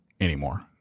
anymore